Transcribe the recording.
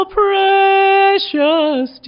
precious